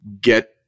get